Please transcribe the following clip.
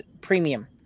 premium